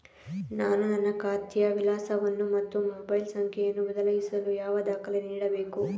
ನಾನು ನನ್ನ ಖಾತೆಯ ವಿಳಾಸವನ್ನು ಮತ್ತು ಮೊಬೈಲ್ ಸಂಖ್ಯೆಯನ್ನು ಬದಲಾಯಿಸಲು ಯಾವ ದಾಖಲೆ ನೀಡಬೇಕು?